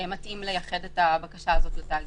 שמתאים לייחד את הבקשה הזאת לתאגידים.